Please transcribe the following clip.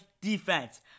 defense